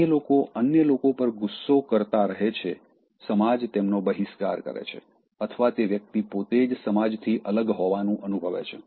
જે લોકો અન્ય લોકો પર ગુસ્સો કરતાં રહે છે સમાજ તેમનો બહિષ્કાર કરે છે અથવા તે વ્યક્તિ પોતે જ સમાજથી અલગ હોવાનું અનુભવે છે